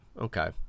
okay